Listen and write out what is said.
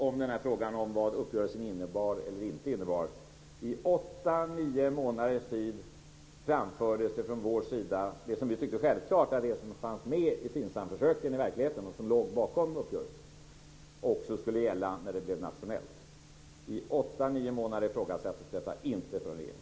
Till sist när det gäller vad uppgörelsen innebar eller inte innebar: I 8-9 månaders tid framförde vi det som vi tyckte var självklart, att det som fanns med i Finsamförsöken och som låg bakom uppgörelsen också skulle gälla när det hela blev nationellt. Under 8-9 månader ifrågasattes inte detta av regeringen.